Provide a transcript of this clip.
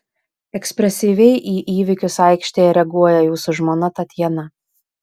ekspresyviai į įvykius aikštėje reaguoja jūsų žmona tatjana